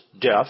death